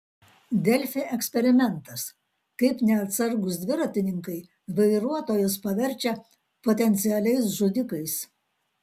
delfi eksperimentas kaip neatsargūs dviratininkai vairuotojus paverčia potencialiais žudikais